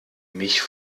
mich